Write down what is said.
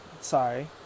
Sorry